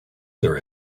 there